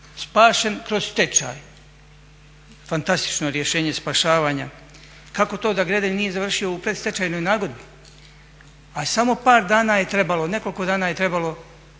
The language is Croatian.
Spašen kroz stečaj. Fantastično rješenje spašavanja. Kako to da Gredelj nije završio u predstečajnoj nagodbi, a samo par dana je trebalo, nekoliko dana je trebalo